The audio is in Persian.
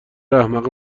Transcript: احمق